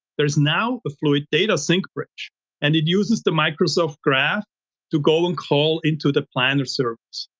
there's now a fluid data sync bridge and it uses the microsoft graph to go and call into the planner service.